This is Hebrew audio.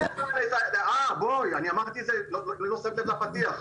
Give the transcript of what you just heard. אמרתי את זה בפתיח.